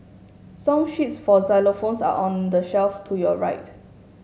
song sheets for xylophones are on the shelf to your right